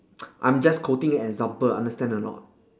I'm just quoting an example understand or not